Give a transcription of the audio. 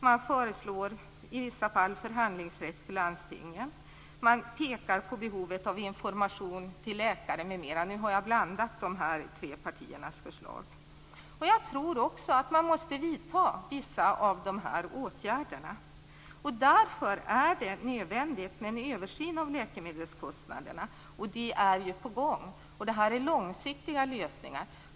Man föreslår i vissa fall förhandlingsrätt för landstingen. Man pekar på behovet av information till läkare m.m. Jag har nu blandat de tre partiernas förslag. Också jag tror att man måste vidta vissa av de här åtgärderna. Det är nödvändigt med en översyn av läkemedelskostnaderna, och det är på gång. Det gäller långsiktiga lösningar.